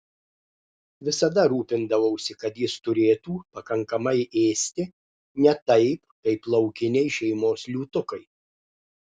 visada rūpindavausi kad jis turėtų pakankamai ėsti ne taip kaip laukiniai šeimos liūtukai